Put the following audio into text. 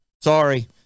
Sorry